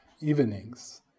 evenings